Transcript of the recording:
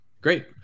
great